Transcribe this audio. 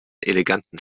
eleganten